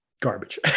garbage